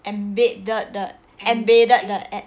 embed~ embedded the app